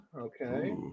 okay